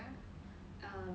err